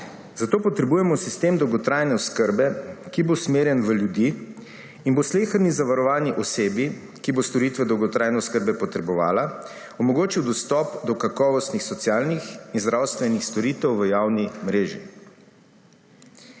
Zato potrebujemo sistem dolgotrajne oskrbe, ki bo usmerjen v ljudi in bo sleherni zavarovani osebi, ki bo storitve dolgotrajne oskrbe potrebovala, omogočil dostop do kakovostnih socialnih in zdravstvenih storitev v javni mreži.